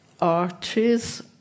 arches